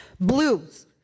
Blues